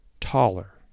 taller